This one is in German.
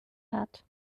hat